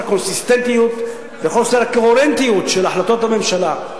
הקונסיסטנטיות וחוסר הקוהרנטיות של החלטות הממשלה.